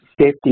safety